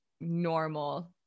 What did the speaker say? normal